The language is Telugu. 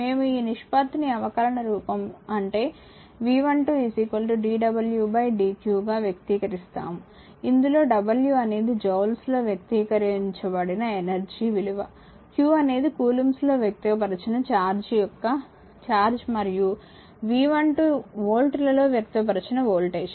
మేము ఈ నిష్పత్తిని అవకలన రూపం అంటే V12 dw dq గా వ్యక్తీకరిస్తాము ఇందులో w అనేది జూల్స్లో వ్యక్తపరిచిన ఎనర్జీ విలువ q అనేది కూలుంబ్స్లో వ్యక్తపరిచిన చార్జ్ మరియు V12 వోల్ట్ లలో వ్యక్తపరిచిన వోల్టేజ్